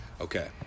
Okay